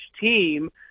team –